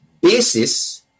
basis